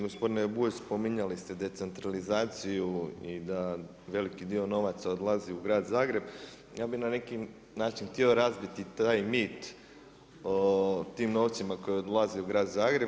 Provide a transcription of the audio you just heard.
Gospodine Bulj, spominjali ste decentralizaciju i da veliki dio novaca odlazi u grad Zagreb, ja bi na način htio razbiti taj mit o tim novcima koji odlaze u grad Zagreb.